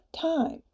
time